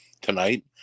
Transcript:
tonight